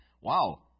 Wow